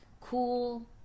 cool